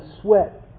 sweat